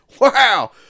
Wow